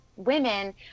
women